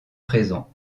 présents